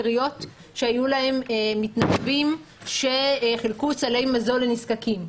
עיריות שהיו להן מתנדבים שחילקו סלי מזון לנזקקים,